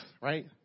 right